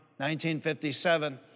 1957